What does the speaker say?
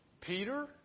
Peter